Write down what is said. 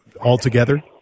altogether